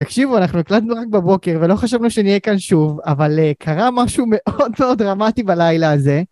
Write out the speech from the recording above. תקשיבו, אנחנו הקלטנו רק בבוקר ולא חשבנו שנהיה כאן שוב, אבל קרה משהו מאוד מאוד דרמטי בלילה הזה.